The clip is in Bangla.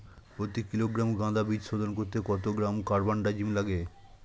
প্রতি কিলোগ্রাম গাঁদা বীজ শোধন করতে কত গ্রাম কারবানডাজিম লাগে?